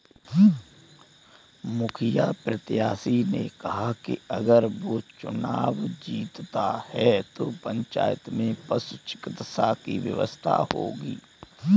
मुखिया प्रत्याशी ने कहा कि अगर वो चुनाव जीतता है तो पंचायत में पशु चिकित्सा की व्यवस्था होगी